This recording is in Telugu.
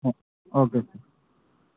oh okay sir